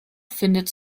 findet